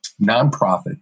nonprofit